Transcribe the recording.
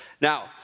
Now